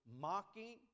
mocking